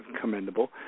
commendable